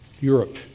Europe